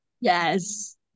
Yes